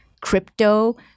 crypto